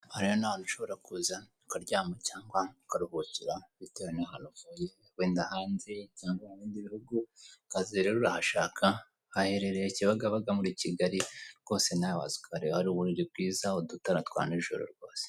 Hariya ni ahantu ushobora kuza ukaryama cyangwa ukaruhukira bitewe n'ahantu uvuye wenda hanze cyangwa mubindi bihugu uraza rero urahashaka haherereye kibagabaga muri Kigali rwose nawe waza ukahareba hari uburiri bwiza udutara twa n'ijoro rwose.